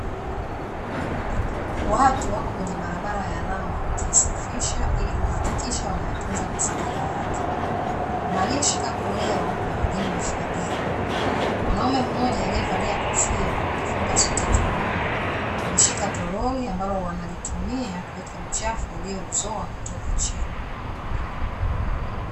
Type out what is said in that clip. Watu wako kwenye barabara ya lami wakiisafisha ili kuhakikisha wanayatunza mazingira yake; kuna aliyeshika koleo na wengine mifagio. Mwanaume mmoja aliyevalia kofia na kijifunga sweta kiunoni, ameshika toroli ambalo wanalitumia kuweka uchafu waliouzoa kutoka chini.